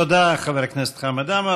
תודה לחבר הכנסת חמד עמאר.